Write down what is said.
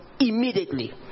immediately